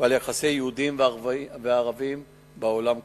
ועל יחסי יהודים וערבים בעולם כולו.